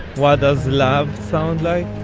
what does love sound like?